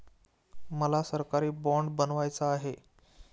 मला सरकारी बाँड बनवायचा आहे